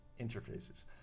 interfaces